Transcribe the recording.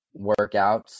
workouts